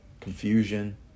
confusion